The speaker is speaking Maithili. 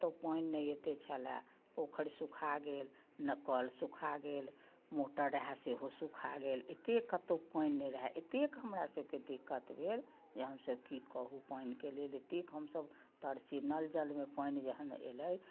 पानि नहि एते छलै पोखरि सुखा गेल एनऽ कल सुखा गेल मोटर रहै सेहो सुखा गेल एते कतौ पानि नहि रहै एतेक हमरा सबके दिक्कत भेल जे हमसब की कहू पानिके लेल एतेक हमसब तरसी नल जलमे पानि जहन एलै